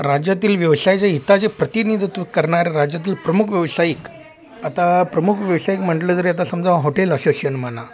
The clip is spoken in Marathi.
राज्यातील व्यवसायाच्या हिताचे प्रतिनिधित्व करणारे राज्यातील प्रमुख व्यावसायिक आता प्रमुख व्यावसायिक म्हटलं तरी आता समजा हॉटेल असोशियन म्हणा